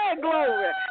glory